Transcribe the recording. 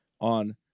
on